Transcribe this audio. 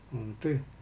mm betul